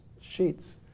sheets